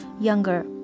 younger